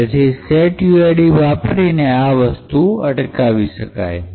તેથી setuid વાપરીને આ વસ્તુ અટકાવી શકાય છે